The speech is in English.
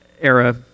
era